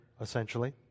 essentially